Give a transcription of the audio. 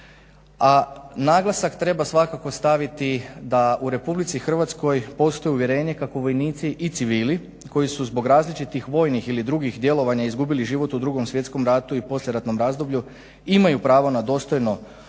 a naglasak treba svakako staviti da u Republici Hrvatskoj postoji uvjerenje kako vojnici i civili koji su zbog različitih vojnih ili drugih djelovanja izgubili život u Drugom svjetskom ratu i poslijeratnom razdoblju imaju pravo na dostojno